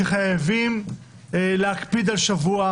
שחייבים להקפיד על שבוע,